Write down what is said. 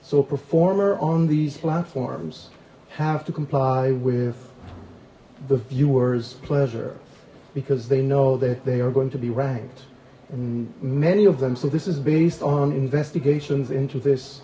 so performer on these platforms have to comply with the viewers pleasure because they know that they are going to be ranked many of them so this is based on investigations into this